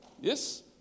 Yes